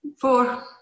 four